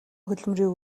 хөдөлмөрийн